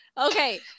Okay